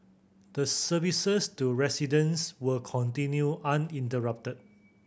the services to residents will continue uninterrupted